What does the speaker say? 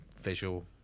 visual